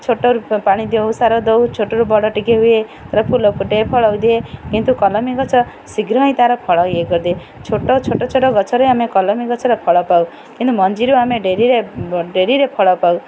ଛୋଟରୁ ପାଣି ଦେଉ ସାର ଦେଉ ଛୋଟରୁ ବଡ଼ ଟିକିଏ ହୁଏ ତା'ର ଫୁଲ ଫୁଟେ ଫଳ ଦିଏ କିନ୍ତୁ କଲମୀ ଗଛ ଶୀଘ୍ର ହିଁ ତା'ର ଫଳ ଇଏ କରିଦିଏ ଛୋଟ ଛୋଟ ଛୋଟ ଗଛରେ ଆମେ କଲମୀ ଗଛରେ ଫଳ ପାଉ କିନ୍ତୁ ମଞ୍ଜିରୁ ଆମେ ଡେରିରେ ଡେରିରେ ଫଳ ପାଉ